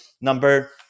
Number